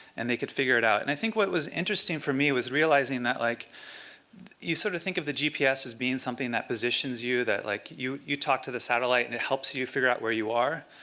and they could figure it out. and i think what was interesting for me was realizing that like you sort of think of the gps as being something that positions you, that like you you talk to the satellite and it helps you you figure out where you are.